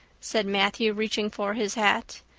said matthew, reaching for his hat.